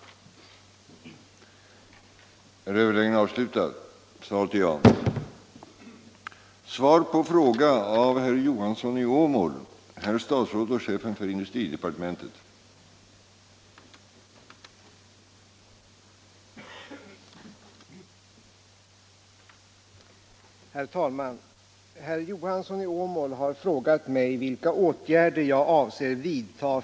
att trygga syssel